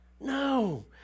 No